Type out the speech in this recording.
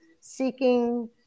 seeking